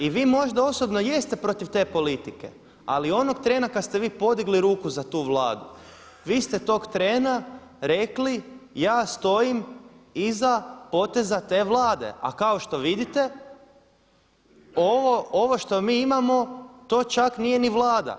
I vi možda osobno jeste protiv te politike ali onog trena kad ste vi podigli ruku za tu Vladu vi ste tog trena rekli ja stojim iza poteza te Vlade, a kako što vidite ovo što mi imamo to čak nije ni Vlada.